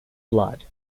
blood